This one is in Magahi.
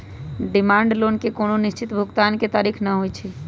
डिमांड लोन के कोनो निश्चित भुगतान के तारिख न होइ छइ